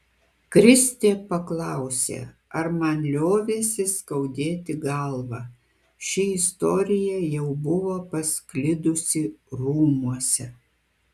kristė paklausė ar man liovėsi skaudėti galvą ši istorija jau buvo pasklidusi rūmuose